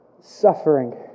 suffering